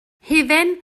hufen